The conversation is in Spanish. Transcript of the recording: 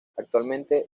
actualmente